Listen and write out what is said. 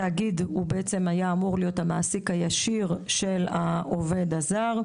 התאגיד היה אמור להיות המעסיק הישיר של העובד הזר,